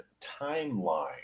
timeline